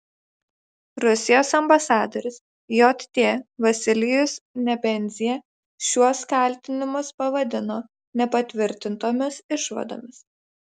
rusijos ambasadorius jt vasilijus nebenzia šiuos kaltinimus pavadino nepatvirtintomis išvadomis